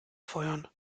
feuern